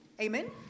Amen